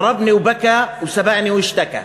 דָרַבַּנִי וַבָּכַּא, סָבַּקַנִי וַאשְתַכַּא,